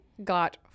got